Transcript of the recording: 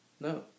No